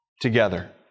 together